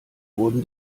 wurden